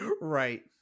right